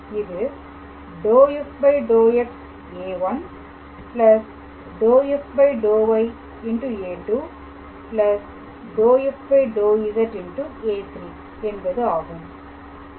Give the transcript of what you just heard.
இது ∂f∂x a1 ∂f∂ya2 ∂f∂z a3 என்பது ஆகும்